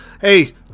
hey